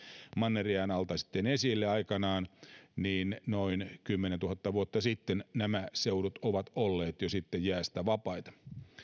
mannerjään alta sitten esille aikanaan noin kymmenentuhatta vuotta sitten nämä seudut ovat olleet jo jäästä vapaita